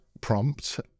prompt